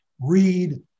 read